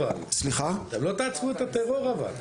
אבל אתם לא תעצרו את הטרור אבל.